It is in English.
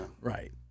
right